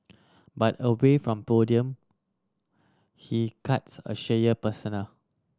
but away from podium he cuts a shyer persona